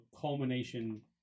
culmination